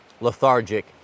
lethargic